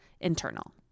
internal